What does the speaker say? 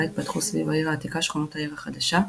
בה התפתחו סביב העיר העתיקה שכונות העיר החדשה,